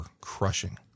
crushing